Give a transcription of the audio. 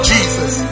Jesus